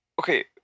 okay